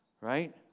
right